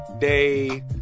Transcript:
Day